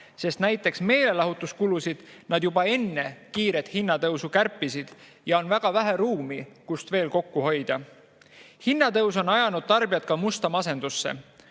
sest näiteks meelelahutuskulusid nad juba enne kiiret hinnatõusu kärpisid ja on väga vähe ruumi, kust veel kokku hoida. Hinnatõus on ajanud tarbijad ka musta masendusse.